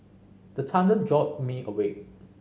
the thunder jolt me awake